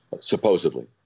supposedly